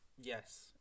Yes